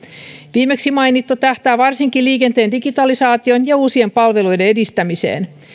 viimeksi mainittu tähtää varsinkin liikenteen digitalisaation ja uusien palveluiden edistämiseen